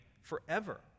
forever